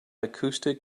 acoustic